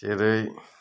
जेरै